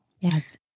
Yes